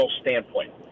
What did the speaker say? standpoint